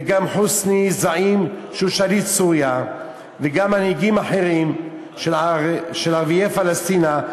וגם חוסני אל-זעים שהוא שליט סוריה וגם מנהיגים אחרים של ערביי פלשתינה,